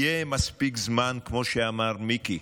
יהיה מספיק זמן, כמו שאמר מיקי,